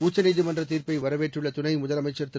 உச்சநீதிமன்றத் தீர்ப்பை வரவேற்றுள்ள துணை முதலமைச்சர் திரு